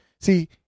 See